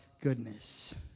goodness